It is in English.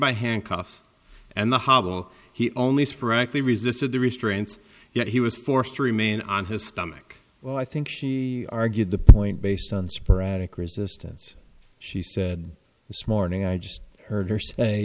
by handcuffs and the hobble he only sporadically resisted the restraints he was forced to remain on his stomach well i think she argued the point based on sporadic resistance she said this morning i just heard her say